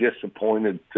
disappointed